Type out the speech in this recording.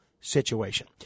situation